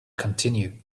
continue